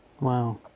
Wow